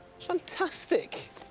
Fantastic